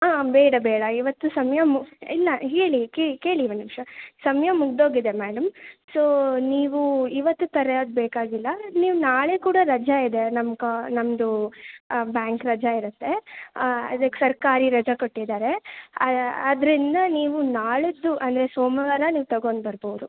ಹಾಂ ಬೇಡ ಬೇಡ ಇವತ್ತು ಸಮಯ ಮು ಇಲ್ಲ ಹೇಳಿ ಕೇಳಿ ಒಂದು ನಿಮಿಷ ಸಮಯ ಮುಗಿದ್ಹೋಗಿದೆ ಮೇಡಮ್ ಸೋ ನೀವು ಇವತ್ತು ತರೋದ್ ಬೇಕಾಗಿಲ್ಲ ನೀವು ನಾಳೆ ಕೂಡ ರಜೆ ಇದೆ ನಮ್ಮ ಕ ನಮ್ಮದು ಬ್ಯಾಂಕ್ ರಜೆ ಇರುತ್ತೆ ಇದಕ್ಕೆ ಸರ್ಕಾರಿ ರಜೆ ಕೊಟ್ಟಿದ್ದಾರೆ ಆದ್ದರಿಂದ ನೀವು ನಾಳಿದ್ದು ಅಂದರೆ ಸೋಮವಾರ ನೀವು ತಗೊಂಡು ಬರ್ಬೋದು